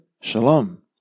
Shalom